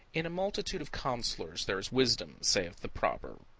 in a multitude of counsellors there is wisdom, saith the proverb.